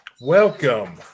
Welcome